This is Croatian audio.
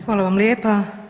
Hvala vam lijepa.